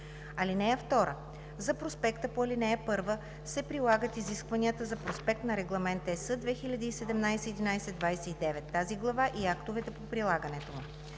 (2) За проспекта по ал. 1 се прилагат изискванията за проспект на Регламент (ЕС) 2017/1129, тази глава и актовете по прилагането им.